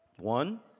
One